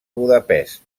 budapest